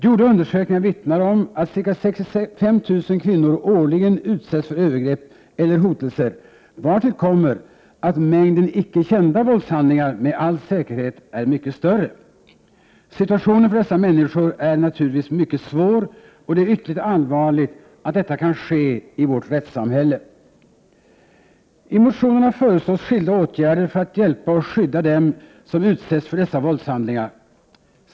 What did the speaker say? Gjorda undersökningar vittnar om att ca 65 000 kvinnor årligen utsätts för övergrepp eller hotelser, vartill kommer att mängden icke kända våldshandlingar med all säkerhet är mycket större. Situationen för dessa människor är naturligtvis mycket svår, och det är ytterligt allvarligt att detta kan ske i vårt rättssamhälle. I motionerna föreslås skilda åtgärder för att hjälpa och skydda dem som utsätts för dessa våldshandlingar.